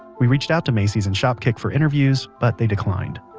we reached out to macy's and shopkick for interviews, but they declined